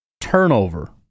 turnover